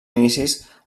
inicis